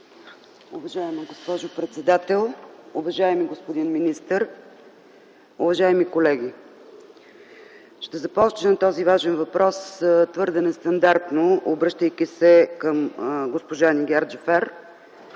Уважаема госпожо председател, уважаеми господин министър, уважаеми колеги! Започвам този важен въпрос твърде нестандартно, обръщайки се към госпожа Нигяр Джафер